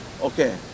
okay